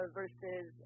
versus